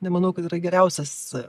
nemanau kad yra geriausias